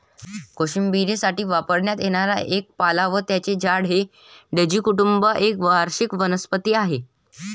कोशिंबिरीसाठी वापरण्यात येणारा एक पाला व त्याचे झाड हे डेझी कुटुंब एक वार्षिक वनस्पती आहे